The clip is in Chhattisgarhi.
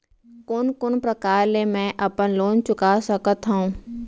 कोन कोन प्रकार ले मैं अपन लोन चुका सकत हँव?